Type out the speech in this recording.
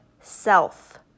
self